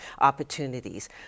opportunities